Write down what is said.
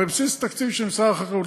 בבסיס התקציב של משרד החקלאות,